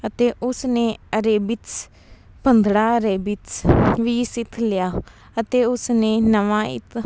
ਅਤੇ ਉਸ ਨੇ ਅਰੇਬਿਤਸ ਭੰਗੜਾ ਅਰੇਬਿਤਸ ਵੀ ਸਿੱਖ ਲਿਆ ਅਤੇ ਉਸਨੇ ਨਵਾਂ ਇੱਕ